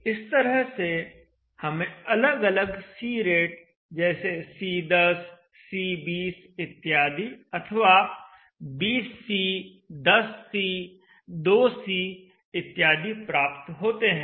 इस तरह से हमें अलग अलग C रेट जैसे C10 C20 इत्यादि अथवा 20C 10C 2C इत्यादि प्राप्त होते हैं